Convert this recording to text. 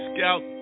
Scout